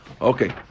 Okay